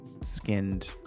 skinned